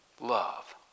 Love